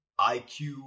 IQ